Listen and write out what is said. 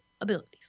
abilities